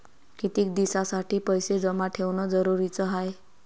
कितीक दिसासाठी पैसे जमा ठेवणं जरुरीच हाय?